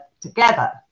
together